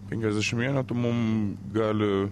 penkiasdešimt vienetų mum gali